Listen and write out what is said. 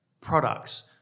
products